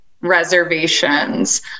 reservations